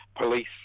police